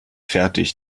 fertig